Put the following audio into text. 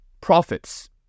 profits